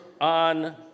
on